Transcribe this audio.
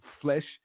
flesh